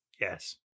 Yes